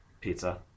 Pizza